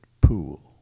pool